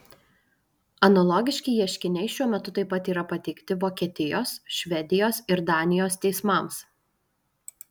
analogiški ieškiniai šiuo metu taip pat yra pateikti vokietijos švedijos ir danijos teismams